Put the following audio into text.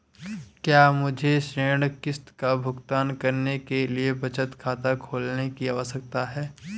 क्या मुझे ऋण किश्त का भुगतान करने के लिए बचत खाता खोलने की आवश्यकता है?